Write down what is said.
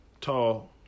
Tall